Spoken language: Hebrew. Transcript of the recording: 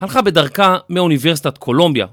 הלכה בדרכה מאוניברסיטת קולומביה